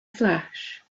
flash